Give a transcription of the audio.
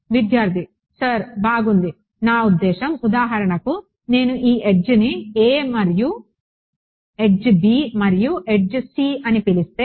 విద్యార్థి సర్ బాగుంది నా ఉద్దేశ్యం ఉదాహరణకు నేను ఈ ఎడ్జ్ని a మరియు ఎడ్జ్ b మరియు ఎడ్జ్ c అని పిలిస్తే